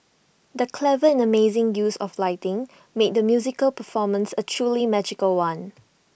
the clever and amazing use of lighting made the musical performance A truly magical one